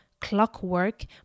Clockwork